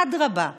אדרבה,